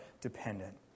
dependent